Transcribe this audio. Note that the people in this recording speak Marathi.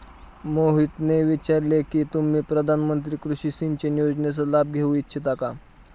मोहितने विचारले की तुम्ही प्रधानमंत्री कृषि सिंचन योजनेचा लाभ घेऊ इच्छिता का?